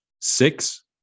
six